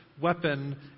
weapon